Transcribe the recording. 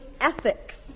ethics